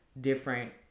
different